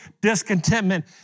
discontentment